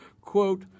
quote